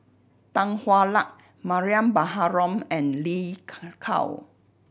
Tan Hwa Luck Mariam Baharom and Lin Gao